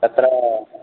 तत्र